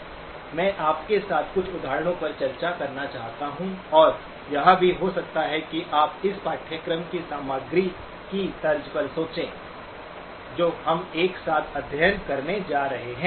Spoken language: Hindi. मैं आपके साथ कुछ उदाहरणों पर चर्चा करना चाहता हूं और यह भी हो सकता है कि आप इस पाठ्यक्रम की सामग्री की तर्ज पर सोचें जो हम एक साथ अध्ययन करने जा रहे हैं